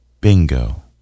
Bingo